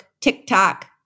TikTok